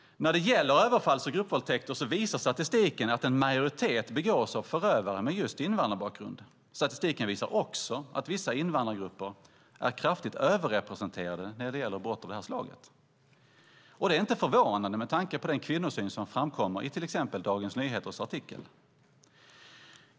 När det gäller överfalls och gruppvåldtäkter visar statistiken att en majoritet begås av förövare med invandrarbakgrund. Statistiken visar också att vissa invandrargrupper är kraftigt överrepresenterade när det gäller brott av det här slaget, och det är inte förvånande med tanke på den kvinnosyn som framkommer till exempel i Dagens Nyheters artikel.